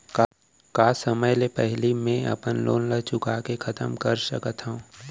का समय ले पहिली में अपन लोन ला चुका के खतम कर सकत हव?